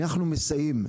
אנחנו מסייעים,